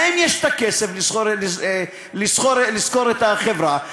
להם יש הכסף לשכור את החברה.